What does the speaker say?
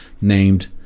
named